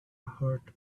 heart